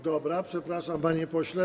Dobrze, przepraszam, panie pośle.